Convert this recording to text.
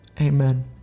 Amen